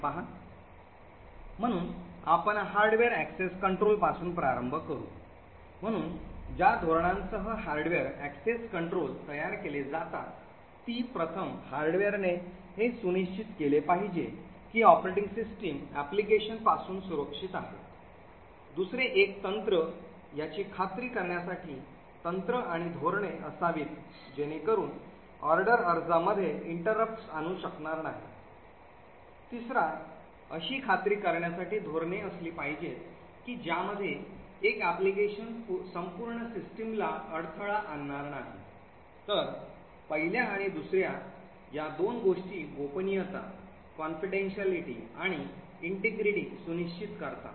म्हणून आपण hardware access control पासून प्रारंभ करू म्हणून ज्या धोरणांसह हार्डवेअर access control तयार केले जातात ती प्रथम हार्डवेअरने हे सुनिश्चित केले पाहिजे की ऑपरेटिंग सिस्टम application पासून सुरक्षित आहे दुसरे एक तंत्र याची खात्री करण्यासाठी तंत्र आणि धोरणे असावीत जेणेकरून ऑर्डर अर्जामध्ये interrupts आणू शकणार नाही तिसरा अशी खात्री करण्यासाठी धोरणे असली पाहिजेत की ज्यामध्ये एक application संपूर्ण सिस्टमला अडथळा आणणार नाही तर पहिल्या आणि दुसर्या या दोन गोष्टी गोपनीयता आणि अखंडता सुनिश्चित करतात